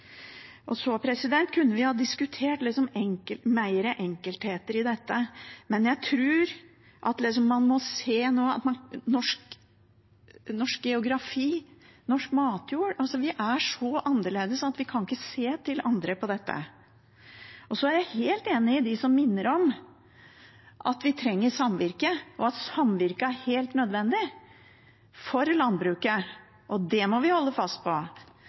Og så kunne vi ha diskutert det som mer er enkeltheter i dette, men jeg tror at vi med tanke på norsk geografi og norsk matjord er så annerledes at vi ikke kan se til andre når det gjelder dette. Jeg er helt enig med dem som minner om at vi trenger samvirket, og at samvirket er helt nødvendig for landbruket. Det må vi holde fast på.